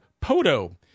Poto